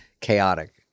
Chaotic